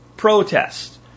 protest